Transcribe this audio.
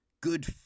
Good